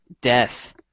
death